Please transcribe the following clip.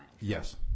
Yes